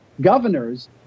governors